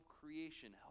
creation